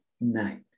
night